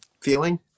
feeling